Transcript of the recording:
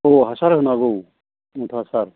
औ हासार होनांगौ मुथासार